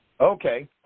Okay